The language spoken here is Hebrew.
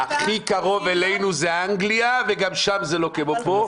הכי קרוב אלינו זה אנגליה, וגם שם זה לא כמו פה.